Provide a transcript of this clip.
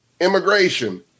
immigration